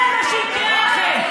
זה מה שיקרה לכם.